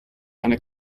eine